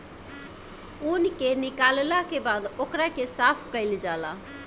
ऊन के निकालला के बाद ओकरा के साफ कईल जाला